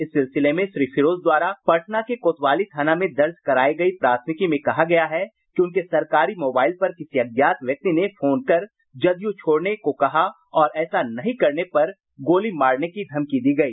इस सिलसिले में श्री फिरोज ने द्वारा पटना के कोतवाली थाना में दर्ज करायी गई प्राथमिकी में कहा गया है कि उनके सरकारी मोबाइल पर किसी अज्ञात व्यक्ति ने फोन कर जद यू छोड़ने को कहा और ऐसा नहीं करने पर गोली मारने की धमकी दी गई